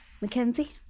Mackenzie